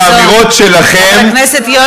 באמירות שלכם,